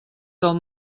del